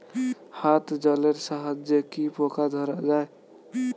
হাত জলের সাহায্যে কি পোকা ধরা যায়?